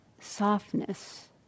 softness